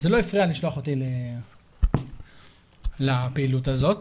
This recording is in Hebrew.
זה לא הפריע לשלוח אותי לפעילות הזאת,